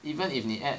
even 你 add 糖 eh